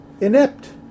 Inept